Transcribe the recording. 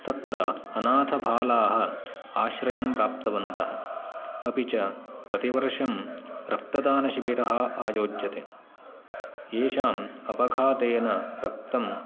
तत्र अनाथबालाः आश्रयं प्राप्तवन्तः अनन्तरं प्रतिवर्षं रक्तदानशिबिरम् आयोज्यते येषाम् अपघातेन रक्तं